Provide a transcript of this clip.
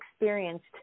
experienced